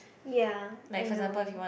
ya I know